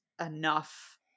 enough